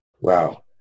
Wow